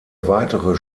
weitere